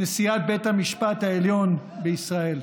נשיאת בית המשפט העליון בישראל.